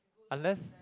unless